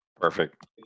perfect